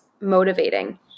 motivating